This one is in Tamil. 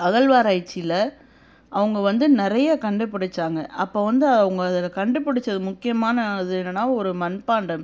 அகழ்வாராய்ச்சியில அவங்க வந்து நிறைய கண்டுபிடிச்சாங்க அப்போது வந்து அவங்க அதில் கண்டுபிடிச்சது முக்கியமான இது என்னென்னால் ஒரு மண்பாண்டம்